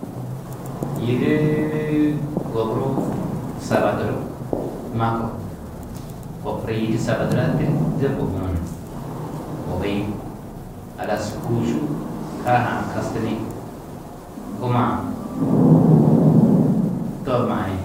yidii goburuu sabadulu makuru kopuri, yidi sabadulu-ã tîrize kobuũ ni kobiĩ. Halas kôušu karahaa-ã kastinĩ, guma-ã to maĩ,